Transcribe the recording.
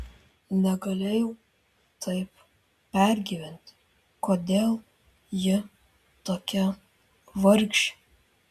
negalėjau taip pergyventi kodėl ji tokia vargšė